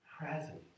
Presence